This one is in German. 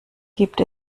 gibt